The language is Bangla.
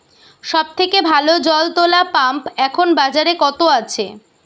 সব থেকে ভালো জল তোলা পাম্প এখন বাজারে কত আছে?